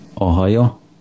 Ohio